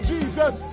Jesus